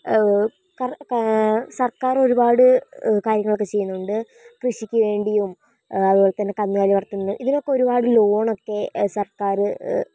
കർ സർക്കാരൊരുപാട് കാര്യങ്ങളൊക്കെ ചെയ്യുന്നുണ്ട് കൃഷിക്ക് വേണ്ടിയും അതുപോലെതന്നെ കന്നുകാലി വളർത്തലിന് ഇതിനൊക്കെ ഒരുപാട് ലോൺ ഒക്കെ സർക്കാര്